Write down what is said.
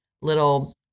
little